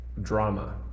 drama